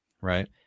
right